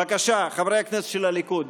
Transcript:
בבקשה, חברי הכנסת של הליכוד.